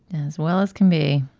as well as can be.